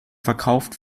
verkauft